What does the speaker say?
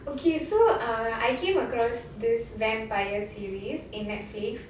okay so err I came across this vampire series in Netflix